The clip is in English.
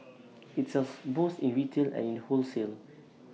IT sells both in retail and in wholesale